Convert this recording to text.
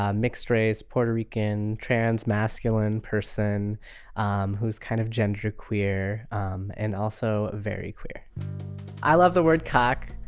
ah mixed race puerto rican trans masculine person um who's kind of genderqueer um and also very queer i love the word! cock.